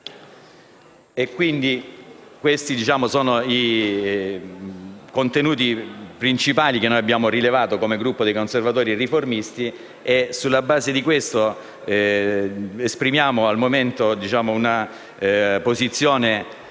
strutture. Questi sono i contenuti principali che noi abbiamo rilevato come Gruppo dei Conservatori e Riformisti e, sulla base di ciò, esprimiamo al momento una posizione